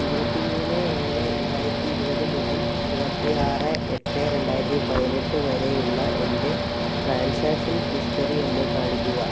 ഇരുപത്തിമൂന്ന് ഏഴ് രണ്ടായിരത്തി ഇരുപത് മുതൽ ഇരുപത്തിയാറ് എട്ട് രണ്ടായിരത്തി പതിനെട്ട് വരെയുള്ള എൻ്റെ ട്രാൻസാക്ഷൻ ഹിസ്റ്ററി എന്നെ കാണിക്കുക